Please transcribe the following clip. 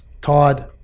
Todd